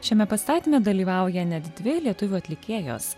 šiame pastatyme dalyvauja net dvi lietuvių atlikėjos